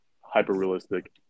hyper-realistic